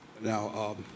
Now